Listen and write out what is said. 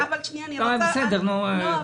ברשותך,